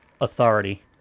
authority